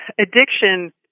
addiction